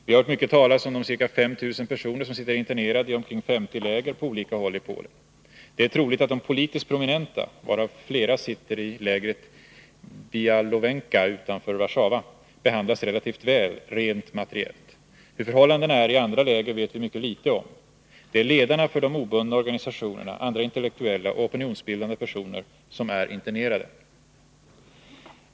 Vi har hört mycket talas om de ca 5 000 personer som sitter internerade i omkring 50 läger på olika håll i Polen. Det är troligt att de politiskt prominenta, varav flera sitter i lägret Bialowenka utanför Warszawa, behandlas relativt väl rent materiellt. Hur förhållandena är i andra läger vet vi mycket litet om. Det är ledarna för de obundna organisationerna, andra intellektuella och opinionsbildande personer som är internerade.